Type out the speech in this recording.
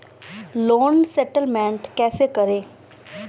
Loan settlement कैसे करें?